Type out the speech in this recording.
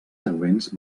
següents